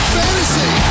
fantasy